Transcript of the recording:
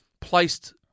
placed